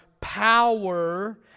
power